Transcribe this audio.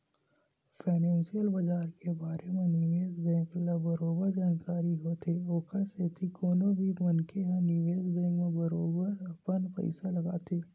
financial बजार के बारे म निवेस बेंक ल बरोबर जानकारी होथे ओखर सेती कोनो भी मनखे ह निवेस बेंक म बरोबर अपन पइसा लगाथे